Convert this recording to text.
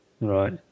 Right